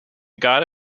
god